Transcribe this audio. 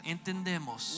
Entendemos